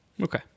Okay